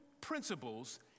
principles